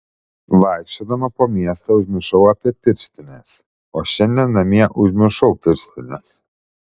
vaikščiodama po miestą užmiršau apie pirštines o šiandien namie užmiršau pirštines